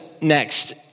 next